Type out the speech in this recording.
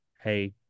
hey